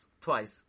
Twice